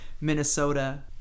Minnesota